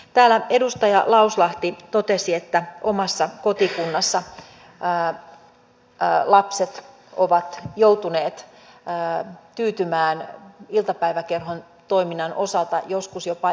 täällä edustaja lauslahti totesi että omassa kotikunnassa lapset ovat joutuneet tyytymään iltapäiväkerhon toiminnan osalta joskus jopa eioohon